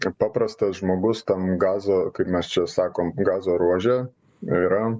kad paprastas žmogus tam gazo kaip mes čia sakom gazo ruože yra